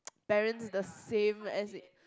parents the same as in